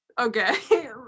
okay